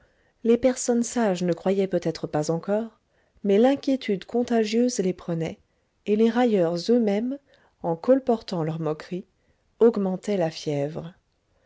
les personnes sages ne croyaient peut-être pas encore mais l'inquiétude contagieuse les prenait et les railleurs eux-mêmes en colportant leurs moqueries augmentaient la fièvre